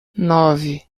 nove